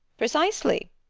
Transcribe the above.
precisely.